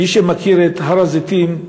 מי שמכיר את הר-הזיתים,